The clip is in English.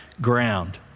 ground